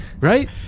right